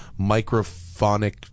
microphonic